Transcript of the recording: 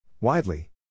Widely